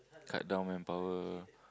cut down manpower